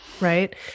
right